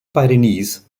pyrenees